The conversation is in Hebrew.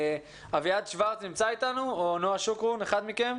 אביעד שוורץ או נועה שוקרון נמצאים איתנו?